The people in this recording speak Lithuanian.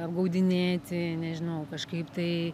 apgaudinėti nežinau kažkaip tai